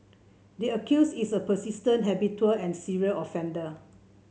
the accused is a persistent habitual and serial offender